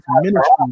ministry